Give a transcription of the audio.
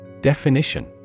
Definition